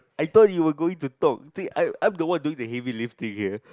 I thought you were going to talk see I I'm the one doing the heavy lifting here